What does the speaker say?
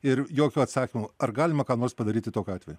ir jokio atsakymo ar galima ką nors padaryti tokiu atveju